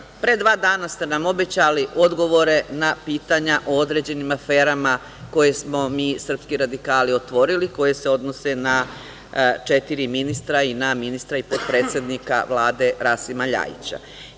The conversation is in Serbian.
Ministre pre dva dana ste nam obećali odgovore na pitanja o određenim aferama koje smo mi srpski radikali otvorili, koje se odnose na četiri ministra i na ministra i potpredsednika Vlade, Rasima LJajića.